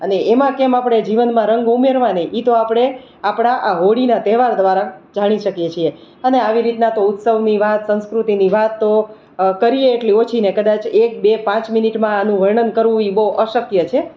અને એમાં કેમ આપણે જીવનમાં રંગ ઉમેરવાને એ તો આપણે આપણા આ હોળીના તહેવાર દ્વારા જાણી શકીએ છીએ અને આવી રીતના તો ઉત્સવની વાત સંસ્કૃતિની વાત તો કરીએ એટલી ઓછી ને કદાચ એક બે પાંચ મિનિટમાં આનું વર્ણન કરવું એ બહુ અશક્ય છે